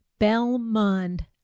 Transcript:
Belmond